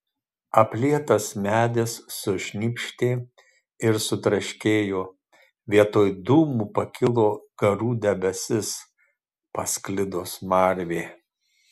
aplietas medis sušnypštė ir sutraškėjo vietoj dūmų pakilo garų debesis pasklido smarvė